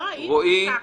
לא, אי אפשר ככה.